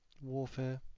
warfare